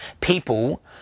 people